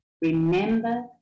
Remember